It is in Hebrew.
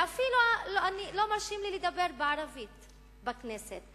ואפילו לא מרשים לי לדבר בערבית בכנסת,